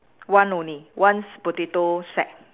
one only one s~ potato sack